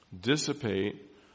dissipate